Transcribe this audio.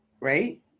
right